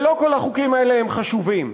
ולא כל החוקים האלה הם חשובים,